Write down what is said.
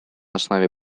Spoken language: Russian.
основе